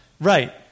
Right